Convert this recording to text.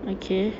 okay